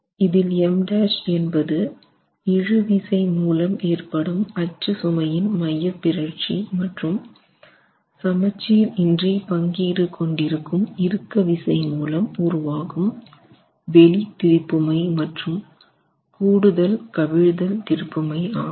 இதில் M' என்பது இழுவிசை மூலம் ஏற்படும் அச்சு சுமையின் மையப்பிறழ்ச்சி மற்றும் சமச்சீர் இன்றி பங்கீடு கொண்டிருக்கும் இறுக்க விசை மூலம் உருவாகும் வெளி திருப்புமை மற்றும் கூடுதல் கவிழ்தல் திருப்புமை ஆகும்